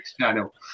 channel